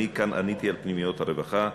אני כאן עניתי על פנימיות הרווחה.